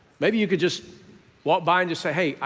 maybe you could just walk by and just say hey,